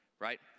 Right